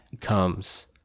comes